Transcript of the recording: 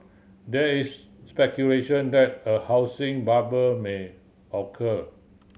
there is speculation that a housing bubble may occur